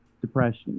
depression